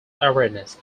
awareness